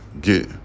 get